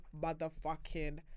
motherfucking